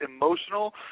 emotional